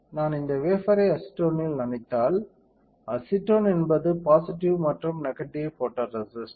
நான் இந்த வேஃபர்ரை அசிட்டோனில் நனைத்தால் அசிட்டோன் என்பது பாசிட்டிவ் மற்றும் நெகடிவ் போட்டோரேசிஸ்ட்